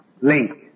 link